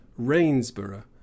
Rainsborough